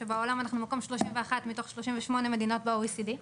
כשבעולם אנחנו מקום 31 מתוך 38 מדינות ב-OECD.